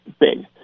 big